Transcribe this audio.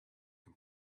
can